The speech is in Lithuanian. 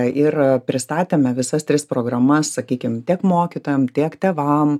ir pristatėme visas tris programas sakykim tiek mokytojam tiek tėvam